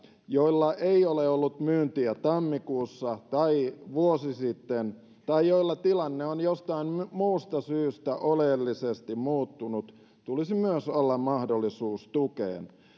joilla ei ole ollut myyntiä tammikuussa tai vuosi sitten tai joilla tilanne on jostain muusta syystä oleellisesti muuttunut tulisi olla mahdollisuus tukeen